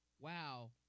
wow